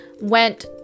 went